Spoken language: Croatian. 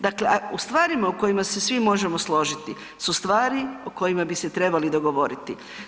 Dakle u stvarima u kojima se svi možemo složiti su stvari o kojima bi se trebali dogovoriti.